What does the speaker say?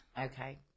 okay